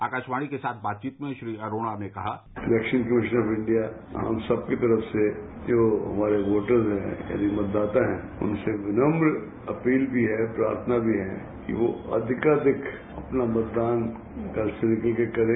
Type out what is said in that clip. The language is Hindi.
आकाशवाणी के साथ बातचीत में श्री अरोड़ा ने कहा इलेक्शन कमीशन ऑफ इंडिया हम सब की तरफ से जो हमारे वोटर्स हैं यानी मतदाता हैं उनसे विनम्र अपील भी है प्रार्थना भी है कि वो अधिकाधिक अपना मतदान घर से निकलकर करें